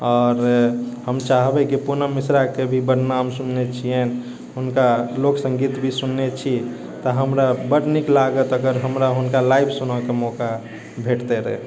आओर हम चाहबै कि पूनम मिश्राके भी बड़ नाम सुनने छियैन हुनका लोकसङ्गीत भी सुनने छी तऽ हमरा बड़ नीक लागत अगर हमरा हुनका लाइव सुनैके मौका भेटतै रऽ